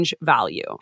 value